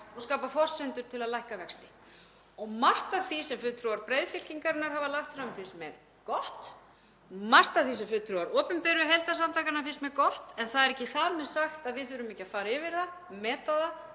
og skapi forsendur til að lækka vexti. Margt af því sem fulltrúar breiðfylkingarinnar hafa lagt fram finnst mér gott. Margt af því sem fulltrúar opinberu heildarsamtakanna finnst mér gott. En það er ekki þar með sagt að við þurfum ekki að fara yfir það, meta það,